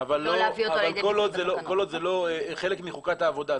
אבל כל עוד זה לא חלק מחוקת העבודה.